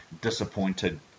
disappointed